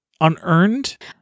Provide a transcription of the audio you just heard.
unearned